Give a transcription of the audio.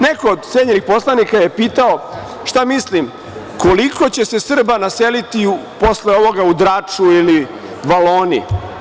Neko od cenjenih poslanika je pitao šta mislim koliko će se Srba naseliti posle ovoga u Draču ili Valoni.